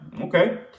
Okay